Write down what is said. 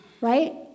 right